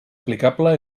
aplicable